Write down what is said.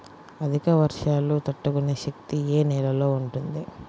అధిక వర్షాలు తట్టుకునే శక్తి ఏ నేలలో ఉంటుంది?